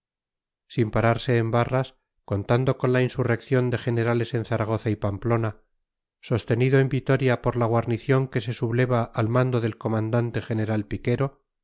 sin pararse en barras contando con la insurrección de generales en zaragoza y pamplona sostenido en vitoria por la guarnición que se subleva al mando del comandante general piquero